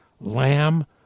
Lamb